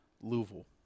Louisville